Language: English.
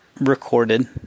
recorded